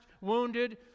wounded